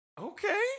Okay